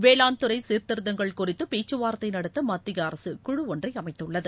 வேளாண்துறை சீர்திருத்தங்கள் குறித்து பேச்சுவார்த்தை நடத்த மத்திய அரசு குழு ஒன்றை அமைத்துள்ளது